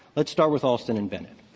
let's start with alston and bennett.